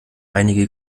einige